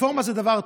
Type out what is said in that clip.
רפורמה זה דבר טוב,